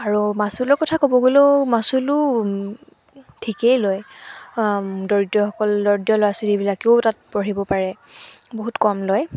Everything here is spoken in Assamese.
আৰু মাচুলৰ কথা ক'ব গ'লেও মাচুলো ঠিকেই লয় দৰিদ্ৰসকলৰ দৰিদ্ৰ লৰা ছোৱালীবিলাকেও তাত পঢ়িব পাৰে বহুত কম লয়